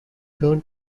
turn